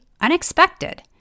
unexpected